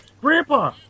Grandpa